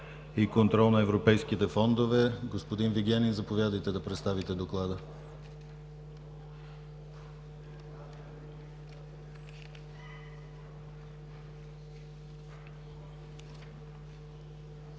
и контрол на европейските фондове. Господин Вигенин, заповядайте да представите доклада.